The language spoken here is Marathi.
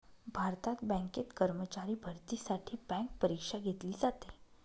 भारतात बँकेत कर्मचारी भरतीसाठी बँक परीक्षा घेतली जाते